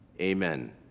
Amen